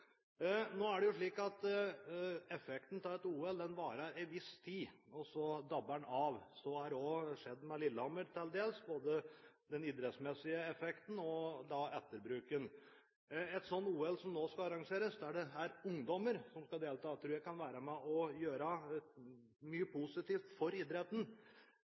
Nå er det slik at effekten av et OL varer en viss tid, og så dabber den av. Så har også til dels skjedd med Lillehammer, når det gjelder både den idrettsmessige effekten og etterbruken. Et sånn OL som nå skal arrangeres, der det er ungdom som skal delta, tror jeg kan være med på å gjøre mye positivt for idretten.